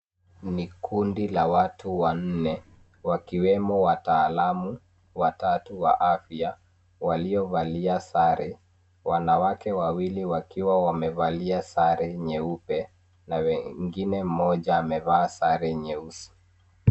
Ni kundi la watu wanne, wakiwemo wataalamu watatu wa afya waliovalia sare. Wanawake wawili wakiwa wamevalia sare nyeupe, na wengine mmoja amevaa sare nyeusi.